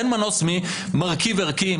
אין מנוס ממרכיב ערכי,